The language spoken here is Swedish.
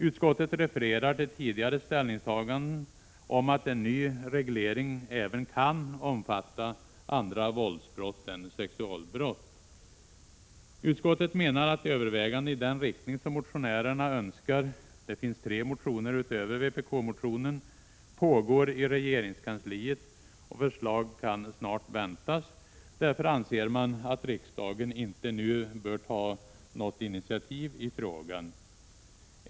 Utskottet refererar till tidigare ställningstaganden om att en ny reglering kan omfatta även andra våldsbrott än sexualbrott. Utskottet menar att överväganden i den riktning som motionärerna — det finns tre motioner utöver vpk-motionen — önskar pågår i regeringskansliet och att förslag snart kan väntas. Därför anser man att riksdagen inte nu bör ta något initiativ i frågan.